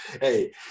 hey